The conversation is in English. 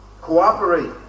cooperate